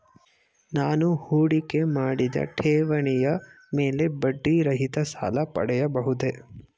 ನಾನು ಹೂಡಿಕೆ ಮಾಡಿದ ಠೇವಣಿಯ ಮೇಲೆ ಬಡ್ಡಿ ರಹಿತ ಸಾಲ ಪಡೆಯಬಹುದೇ?